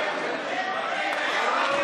אחר כך.